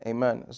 Amen